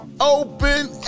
open